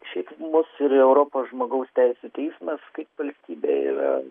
šiaip mus ir europos žmogaus teisių teismas kaip valstybė ir